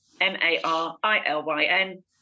M-A-R-I-L-Y-N